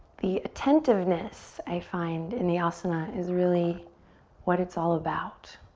the attentiveness i find in the ah asana is really what it's all about.